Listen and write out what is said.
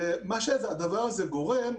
ומה שהדבר הזה גורם,